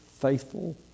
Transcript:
faithful